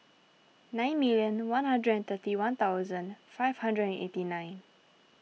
nine million one hundred and thirty one thousand five hundred and eighty nine